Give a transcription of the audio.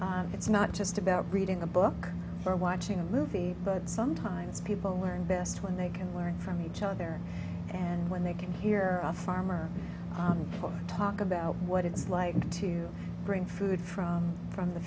it's not just about reading a book for watching a movie but sometimes people learn best when they can learn from each other and when they can hear a farmer talk about what it's like to bring food from from the